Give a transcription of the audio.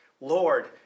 Lord